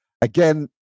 again